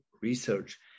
research